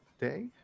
day